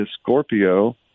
scorpio